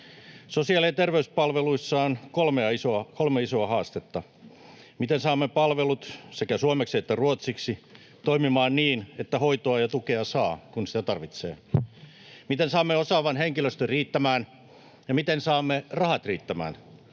Sosiaali- ja terveyspalveluissa on kolme isoa haastetta: Miten saamme palvelut sekä suomeksi että ruotsiksi toimimaan niin, että hoitoa ja tukea saa, kun niitä tarvitsee? Miten saamme osaavan henkilöstön riittämään, ja miten saamme rahat riittämään?